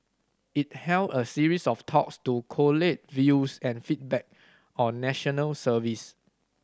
it held a series of talks to collate views and feedback on National Service